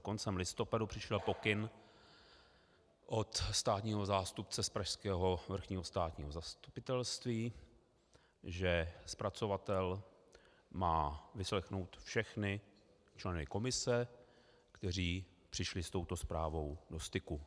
Koncem listopadu přišel pokyn od státního zástupce z pražského Vrchního státního zastupitelství, že zpracovatel má vyslechnout všechny členy komise, kteří přišli s touto zprávou do styku.